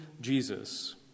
Jesus